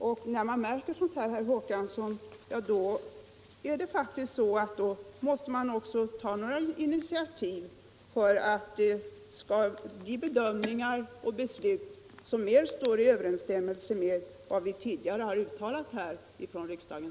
Och, herr Håkansson, när man märker sådant är det ju viktigt att ta initiativ för att få bedömningar och beslut som står mera i överensstämmelse med vad vi tidigare har uttalat här i riksdagen.